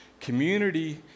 community